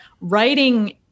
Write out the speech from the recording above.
writing